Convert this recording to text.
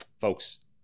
folks